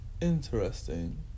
Interesting